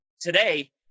Today